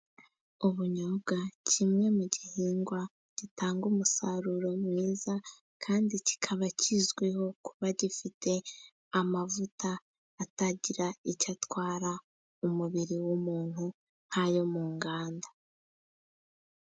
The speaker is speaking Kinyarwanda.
Ubunyobwa, kimwe mu gihingwa gitanga umusaruro mwiza. Kandi kikaba kizwiho kuba gifite amavuta atagira icyo atwara mu mubiri w'umuntu nk'ayo mu nganda.